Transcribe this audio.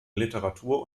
literatur